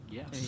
Yes